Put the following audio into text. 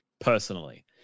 Personally